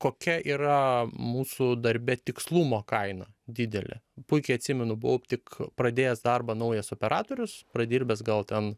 kokia yra mūsų darbe tikslumo kaina didelė puikiai atsimenu buvau tik pradėjęs darbą naujas operatorius pradirbęs gal ten